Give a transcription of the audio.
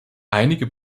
einige